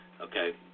okay